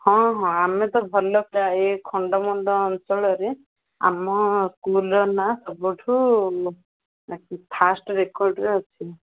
ହଁ ହଁ ଆମେ ତ ଭଲ ଏ ଖଣ୍ଡମଣ୍ଡଳ ଅଞ୍ଚଳରେ ଆମ ସ୍କୁଲ୍ର ନାଁ ସବୁଠୁ ଫାର୍ଷ୍ଟ ରେର୍କଡ଼୍ରେ ଅଛି